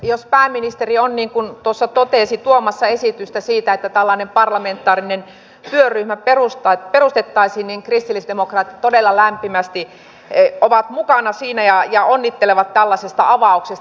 jos pääministeri on niin kuin tuossa totesi tuomassa esitystä siitä että tällainen parlamentaarinen työryhmä perustettaisiin niin kristillisdemokraatit todella lämpimästi ovat mukana siinä ja onnittelevat tällaisesta avauksesta